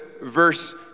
verse